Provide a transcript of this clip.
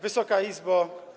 Wysoka Izbo!